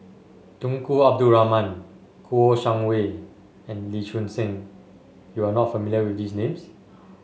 Tunku Abdul Rahman Kouo Shang Wei and Lee Choon Seng you are not familiar with these names